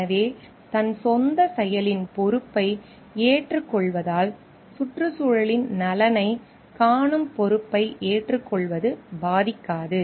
எனவே தன் சொந்த செயலின் பொறுப்பை ஏற்றுக்கொள்வதால் சுற்றுச்சூழலின் நலனைக் காணும் பொறுப்பை ஏற்றுக்கொள்வது பாதிக்காது